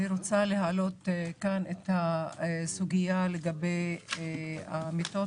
אני רוצה להעלות את הסוגיה לגבי המיטות